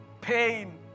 pain